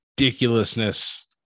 ridiculousness